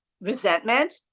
resentment